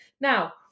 Now